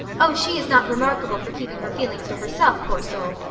oh, she is not remarkable for keeping her feelings to herself, poor soul!